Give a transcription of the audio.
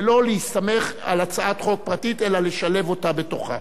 ולא להסתמך על הצעת חוק פרטית אלא לשלב אותה בתוכה.